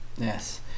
yes